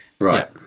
right